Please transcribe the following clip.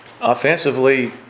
offensively